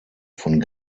von